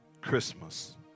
Christmas